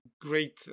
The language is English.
great